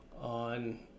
on